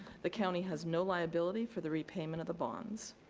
the county has no liability for the repayment of the bonds.